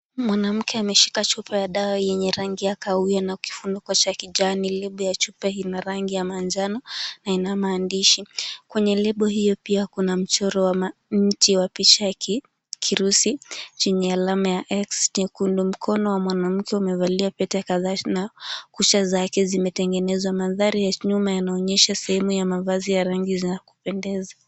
Mwanamke ameshika chupa ya dawa yenye rangi ya kahawia na kifuniko ya kijani. Lebo ya chupa ina rangi ya manjano na ina maandishi. Kwenye lebo hiyo pia kuna mchoro wa mti wa kishaki, kirusi chenye alama ya X nyekundu. Mkono wa mwanamke umevalia pete kadhaa na kucha zake zimetengenezwa. Mandhari ya nyuma yanaonyesha sehemu ya mavazi ya rangi za kupendeza.